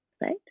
right